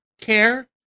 care